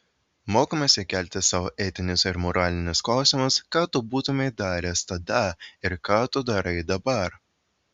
mokomasi kelti sau etinius ir moralinius klausimus ką tu būtumei daręs tada ir ką tu darai dabar